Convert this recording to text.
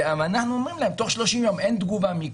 אנחנו אומרים להם שתוך 30 יום אם אין תגובה,